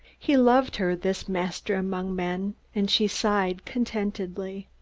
he loved her, this master among men, and she sighed contentedly.